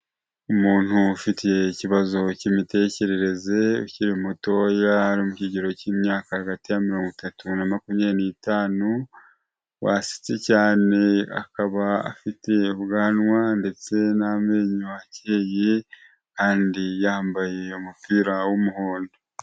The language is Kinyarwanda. Umuntu ufite ikibazo k'imitekerereze ukiri mutoya, ari mu kigero k'imyaka hagati ya mirongo itatu na makumyabri n'itanu, wasetse cyane akaba afite ubwanwa ndetse n'amenyo akeye kandi yambaye umupira w'umuhondo.